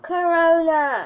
Corona